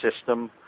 system